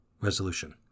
Resolution